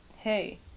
Hey